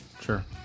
Sure